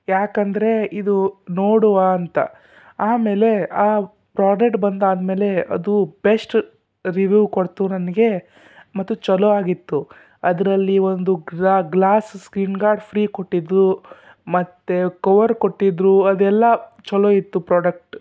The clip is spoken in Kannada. ಯಾಕಂದರೆ ಇದು ನೋಡುವ ಅಂತ ಆಮೇಲೆ ಆ ಪ್ರಾಡಟ್ ಬಂದಾದ ಮೇಲೆ ಅದು ಬೆಸ್ಟ್ ರಿವ್ಯೂ ಕೊಡ್ತು ನನಗೆ ಮತ್ತು ಚೊಲೋ ಆಗಿತ್ತು ಅದರಲ್ಲಿ ಒಂದು ಗ್ರಾ ಗ್ಲಾಸ್ ಸ್ಕ್ರೀನ್ ಗಾರ್ಡ್ ಫ್ರೀ ಕೊಟ್ಟಿದ್ದರು ಮತ್ತು ಕವರ್ ಕೊಟ್ಟಿದ್ದರು ಅದೆಲ್ಲ ಚೊಲೋ ಇತ್ತು ಪ್ರಾಡಕ್ಟ್